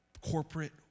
corporate